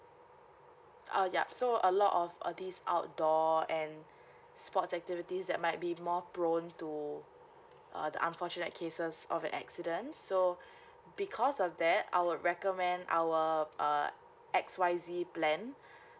ah yup so a lot of uh this outdoor and sports activities that might be more prone to uh the unfortunate cases of an accidents so because of that I would recommend our uh X Y Z plan